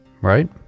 Right